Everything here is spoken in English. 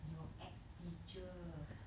your ex teacher